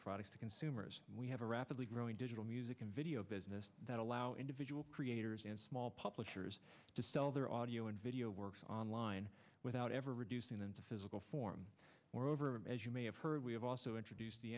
products to consumers we have a rapidly growing digital music and video business that allow individual creators and small publishers to sell their audio and video work online without ever reducing them to physical form moreover as you may have heard we have also introduced the